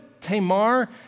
Tamar